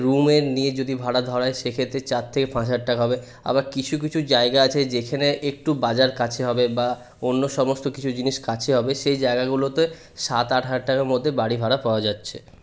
রুমের নিয়ে যদি ভাড়া ধরা হয় সেক্ষেত্রে চার থেকে পাঁচ হাজার টাকা হবে আবার কিছু কিছু জায়গা আছে যেখানে একটু বাজার কাছে হবে বা অন্য সমস্ত কিছু জিনিস কাছে হবে সেই জায়গাগুলোতে সাত আট হাজার টাকার মধ্যে বাড়ি ভাড়া পাওয়া যাচ্ছে